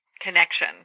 connection